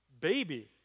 baby